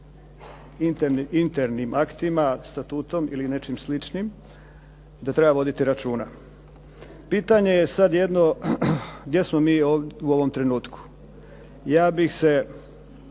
internim aktima, statutom ili nečim sličnim da treba voditi računa. Pitanje je sad jedno gdje smo mi u ovom trenutku. Ja bih